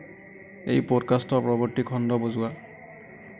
এই পডকাষ্টৰ পৰৱৰ্তী খণ্ড বজোৱা